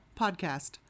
podcast